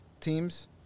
teams